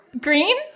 Green